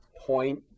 point